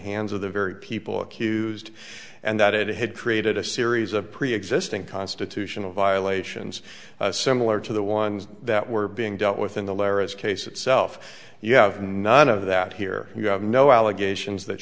hands of the very people accused and that it had created a series of preexisting constitutional violations similar to the ones that were being dealt with in the laris case itself you have none of that here you have no allegations that